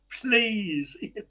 Please